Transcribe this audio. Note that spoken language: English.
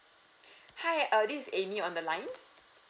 hi uh this is amy on the line